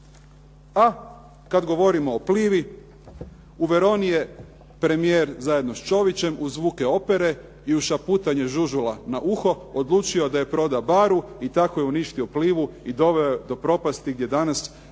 Pa kad govorimo o Plivi, u Veroni je premijer zajedno s Čovićem uz zvuke opere i uz šaputanje Žužula na uho odlučio da je proda Baru i tako je uništio Plivu i doveo je do propasti gdje danas radi